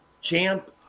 champ